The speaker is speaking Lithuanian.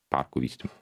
parkų vystymui